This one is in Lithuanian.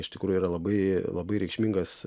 iš tikrųjų yra labai labai reikšmingas